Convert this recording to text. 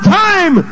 time